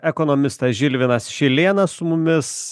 ekonomistas žilvinas šilėnas su mumis